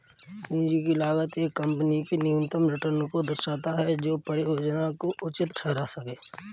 पूंजी की लागत एक कंपनी के न्यूनतम रिटर्न को दर्शाता है जो परियोजना को उचित ठहरा सकें